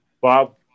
Bob